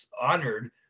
honored